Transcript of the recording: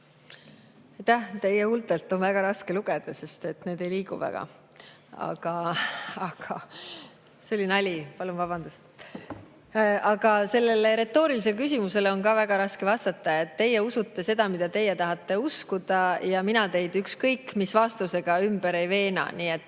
Teie huultelt on väga raske lugeda, sest need ei liigu väga. (Naerab.) See oli nali. Palun vabandust! Aga sellele retoorilisele küsimusele on ka väga raske vastata. Teie usute seda, mida teie tahate uskuda, ja mina teid ükskõik mis vastusega ümber ei veena. Teie